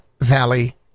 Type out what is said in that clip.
Valley